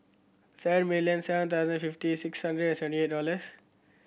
seven million seven thousand fifty six hundred and seventy eight dollars